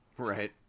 Right